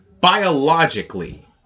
biologically